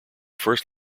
first